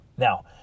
Now